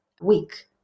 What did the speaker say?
week